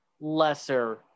lesser